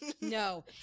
No